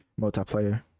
multiplayer